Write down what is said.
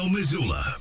Missoula